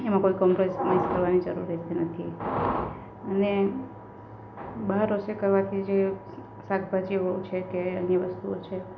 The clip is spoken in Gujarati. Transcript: એમાં કોઈ કોમ્પ્રોમાઇઝ કરવાની જરૂર જ નથી અને બહાર રસોઈ કરવાથી જે શાકભાજીઓ છે કે જે વસ્તુઓ છે